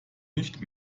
nicht